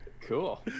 Cool